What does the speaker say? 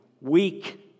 weak